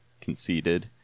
conceded